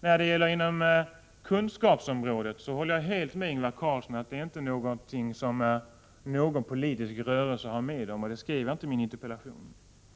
Beträffande kunskapsområdet håller jag helt med Ingvar Carlsson om att det bakom viljan att söka kunskap inte finns någon politisk rörelse — det skrev jag inte heller i min interpellation.